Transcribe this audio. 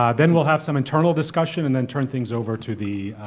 um then we'll have some internal discussion and then turn things over to the